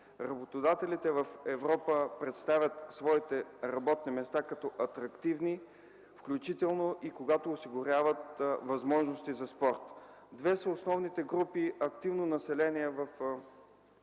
Работодателите в Европа представят своите работни места като атрактивни, включително и когато осигуряват възможности за спорт. Две са основните групи активно население във